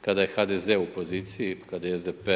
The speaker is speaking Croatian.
kada je HDZ u poziciji, kada je SDP